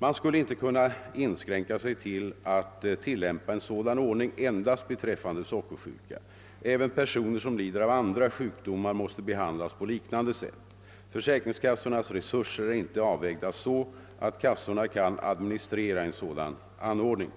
Man skulle inte kunna inskränka sig till att tillämpa en sådan ordning enbart beträffande sockersjuka. Även personer som lider av andra sjukdomar måste behandlas på liknande sätt. Försäkringskassornas resurser är inte avvägda så, att kassorna kan administrera en sådan anordning.